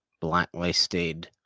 blacklisted